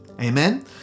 amen